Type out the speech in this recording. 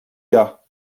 gars